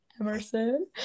Emerson